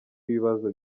w’ibibazo